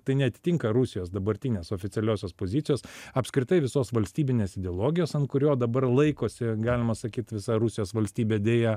tai neatitinka rusijos dabartinės oficialiosios pozicijos apskritai visos valstybinės ideologijos ant kurio dabar laikosi galima sakyt visa rusijos valstybė deja